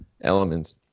elements